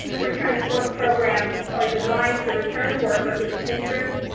return to work programs are designed to return a worker who is injured,